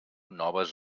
noves